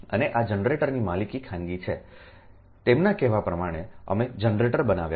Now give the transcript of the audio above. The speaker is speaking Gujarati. અને આ જનરેટરની માલિકી ખાનગી છે તેમના કહેવા પ્રમાણે અમે જનરેટર બનાવ્યાં છે